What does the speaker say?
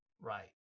right